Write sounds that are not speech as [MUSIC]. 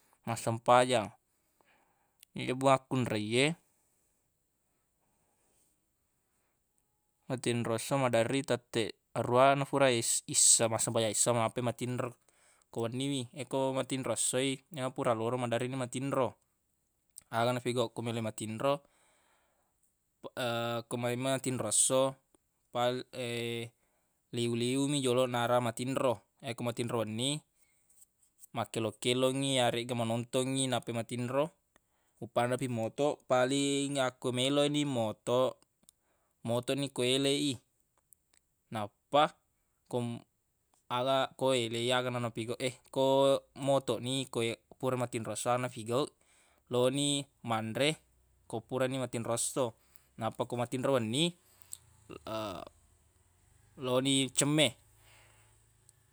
Massempajang [NOISE] ye makkunreiye [NOISE] matinro esso maderri tetteq aruwa nafura [HESITATION] issa massempajang issa nappa matinro ko wenni wi yakko matinro essoi na pura loro maderri ni matinro aga nafigauq ko meloq matinro [HESITATION] ko mae matinro esso pal- [HESITATION] liwu-liwu mi joloq narra matinro yakko matinro wenni [NOISE] makkelo-kelongngi yaregga manontongngi nappi matinro [NOISE] uppanna fi motoq paling yakko meloq i motoq motoq ni ko ele i nappa ko- ala ko ele i aga na napigauq [HESITATION] ko motoq ni koe pura matinro esso aga nafigauq lo ni manre ko purani matinro esso nappa ko matinro wenni [NOISE] [HESITATION] lo ni cemme. [NOISE]